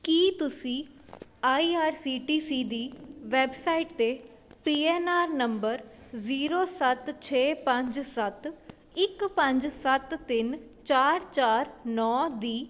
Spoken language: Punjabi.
ਕੀ ਤੁਸੀਂ I R C T C ਦੀ ਵੈੱਬਸਾਈਟ 'ਤੇ ਪੀ ਐੱਨ ਆਰ ਨੰਬਰ ਜ਼ੀਰੋ ਸੱਤ ਛੇ ਪੰਜ ਸੱਤ ਇੱਕ ਪੰਜ ਸੱਤ ਤਿੰਨ ਚਾਰ ਚਾਰ ਨੌਂ ਦੀ